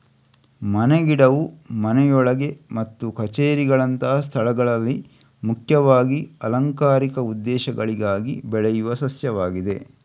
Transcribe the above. ಮನೆ ಗಿಡವು ಮನೆಯೊಳಗೆ ಮತ್ತು ಕಛೇರಿಗಳಂತಹ ಸ್ಥಳಗಳಲ್ಲಿ ಮುಖ್ಯವಾಗಿ ಅಲಂಕಾರಿಕ ಉದ್ದೇಶಗಳಿಗಾಗಿ ಬೆಳೆಯುವ ಸಸ್ಯವಾಗಿದೆ